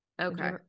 Okay